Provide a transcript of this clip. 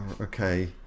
Okay